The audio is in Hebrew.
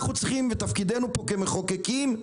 תפקידנו פה כמחוקקים,